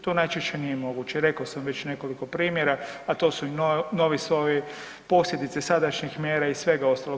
To najčešće nije moguće, rekao sam već nekoliko primjera a to su i novi soj, posljedice sadašnjih mjera i svega ostalog.